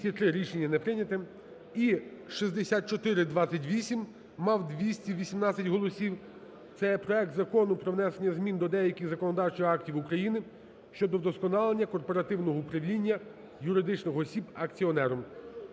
6428 мав 218 голосів, це проект Закону про внесення змін до деяких законодавчих актів України щодо вдосконалення корпоративного управління юридичних осіб, акціонером.